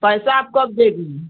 पैसा आप कब देगी